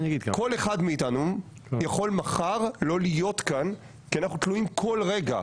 כול אחד מאתנו יכול מחר לא להיות כאן כי אנחנו תלויים כול רגע.